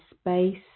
space